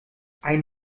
einen